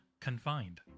confined